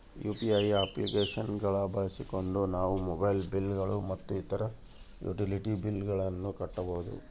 UPI application ಗಳನ್ನ ಬಳಸಿಕೊಂಡು ನಾವು ಮೊಬೈಲ್ ಬಿಲ್ ಗಳು ಮತ್ತು ಇತರ ಯುಟಿಲಿಟಿ ಬಿಲ್ ಗಳನ್ನ ಕಟ್ಟಬಹುದು